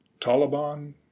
Taliban